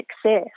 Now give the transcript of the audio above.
success